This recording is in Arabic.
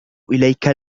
إليك